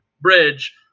bridge